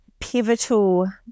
pivotal